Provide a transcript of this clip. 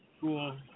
Cool